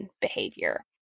behavior